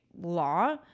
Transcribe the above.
law